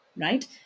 right